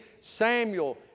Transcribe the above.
Samuel